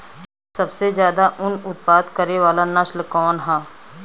सबसे ज्यादा उन उत्पादन करे वाला नस्ल कवन ह?